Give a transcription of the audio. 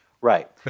Right